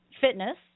fitness